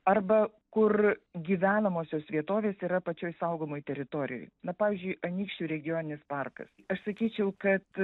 arba kur gyvenamosios vietovės yra pačioj saugomoj teritorijoj na pavyzdžiui anykščių regioninis parkas aš sakyčiau kad